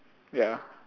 ya